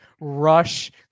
Rush